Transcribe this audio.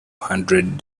hundred